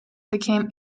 became